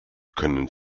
können